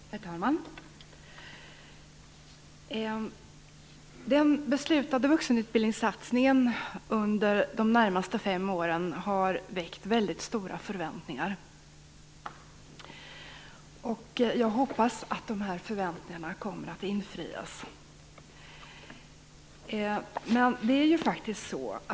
Herr talman! Den beslutade vuxenutbildningssatsningen under de närmaste fem åren har väckt väldigt stora förväntningar. Jag hoppas att de kommer att infrias.